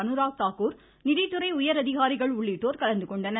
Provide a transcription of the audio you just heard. அனுராக் தாக்கூர் நிதித்துறை உயரதிகாரிகள் உள்ளிட்டோர் கலந்துகொண்டனர்